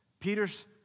Peter's